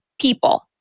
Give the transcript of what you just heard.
people